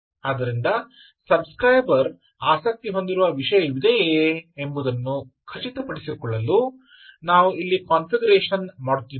ಆದ್ದರಿಂದ subscriber ಆಸಕ್ತಿ ಹೊಂದಿರುವ ವಿಷಯವಿದೆಯೆ ಎಂದು ಖಚಿತಪಡಿಸಿಕೊಳ್ಳಲು ನಾವು ಇಲ್ಲಿ ಕಾನ್ಫಿಗರೇಶನ್ ಮಾಡುತ್ತಿದ್ದೇವೆ